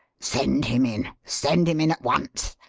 send him in send him in at once!